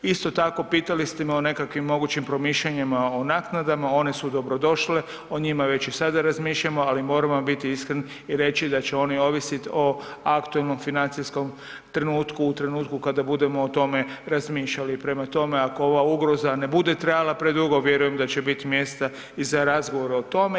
Isto tako pitali ste me o nekakvim mogućim promišljanjima o naknadama, one su dobrodošle, o njima već i sada razmišljamo, ali moram vam biti iskren i reći da će oni ovisiti o aktualnom financijskom trenutku u trenutku kada budemo o tome razmišljali i prema tome, ako ova ugroza ne bude trajala predugo vjerujem da će biti mjesta i za razgovor o tome.